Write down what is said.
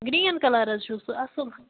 green colour حظ چھُ سُہ اَصٕل